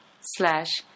Slash